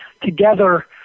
together